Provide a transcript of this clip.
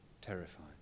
terrified